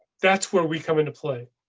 that's where we come into play,